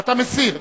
אתה מסיר.